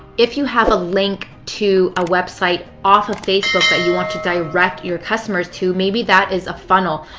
if you have a link to a website off of facebook that you want to direct your customers to, maybe that is a funnel,